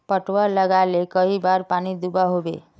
पटवा लगाले कई बार पानी दुबा होबे?